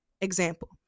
example